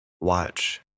watch